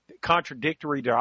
Contradictory